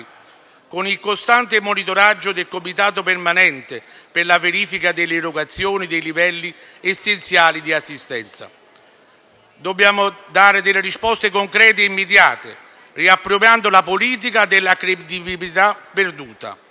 con il costante monitoraggio del comitato permanente per la verifica delle erogazioni dei livelli essenziali di assistenza. Dobbiamo dare delle risposte concrete e immediate, restituendo alla politica la credibilità perduta